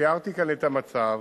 תיארתי כאן את המצב.